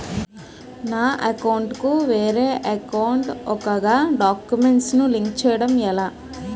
నా అకౌంట్ కు వేరే అకౌంట్ ఒక గడాక్యుమెంట్స్ ను లింక్ చేయడం ఎలా?